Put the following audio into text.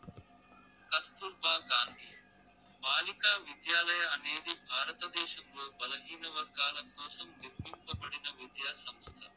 కస్తుర్బా గాంధీ బాలికా విద్యాలయ అనేది భారతదేశంలో బలహీనవర్గాల కోసం నిర్మింపబడిన విద్యా సంస్థ